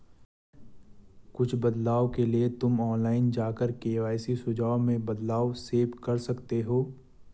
कुछ बदलाव के लिए तुम ऑनलाइन जाकर के.वाई.सी सुझाव में बदलाव सेव कर सकते हो